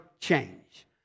change